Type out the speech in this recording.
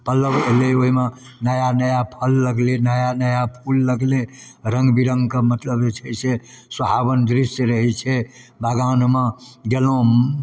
पल्लव अएलै ओहिमे नया नया फल लगलै नया नया फूल लगलै रङ्गबिरङ्गके मतलब जे छै से सुहाओन दृश्य रहै छै बगानमे गेलहुँ